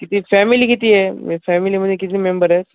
किती फॅमिली किती आहे फॅमिलीमध्ये किती मेंबर आहे